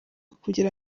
kugira